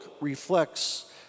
reflects